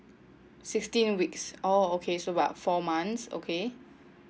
sixteen weeks oh okay so about four months okay